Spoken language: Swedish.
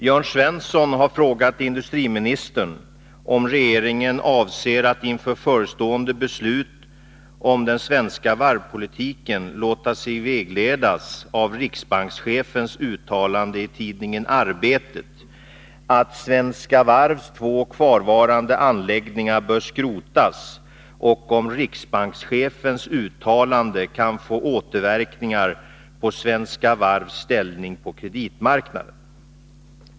Jörn Svensson har frågat industriministern om regeringen avser att inför förestående beslut om den svenska varvspolitiken låta sig vägledas av riksbankschefens uttalande i tidningen Arbetet att Svenska Varvs två kvarvarande anläggningar bör skrotas och om riksbankschefens uttalande kan få återverkningar på Svenska Varvs ställning på kreditmarknaden.